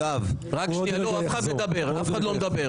בינתיים אף אחד לא מדבר.